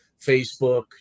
Facebook